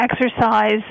exercise